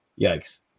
Yikes